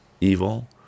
evil